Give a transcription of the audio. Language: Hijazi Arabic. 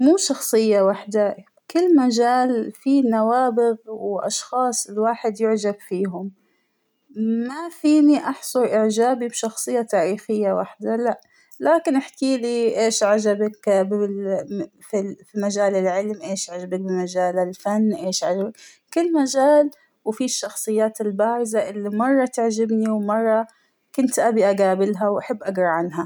مو شخصية واحدة ، كل مجال فى نوابغ وأشخاص الواحد يعجب فيهم ، ما فينى أحصر إعجابى بشخصية تاريخية واحدة لأ ، لكن إحكيلى إيش عجبك بال م فال -فى مجال العلم ، اش عجبك بمجال الفن ، اش عجبك ، كل مجال وفى الشخصيات البارزة اللى مرة تعجبنى ومرة أكنت بى أقابلها وأبى أقرا عنها.